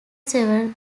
several